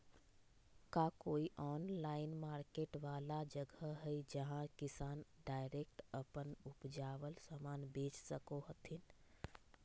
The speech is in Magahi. का कोई ऑनलाइन मार्केट वाला जगह हइ जहां किसान डायरेक्ट अप्पन उपजावल समान बेच सको हथीन?